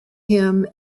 him